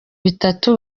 bitatu